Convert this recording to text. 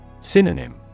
Synonym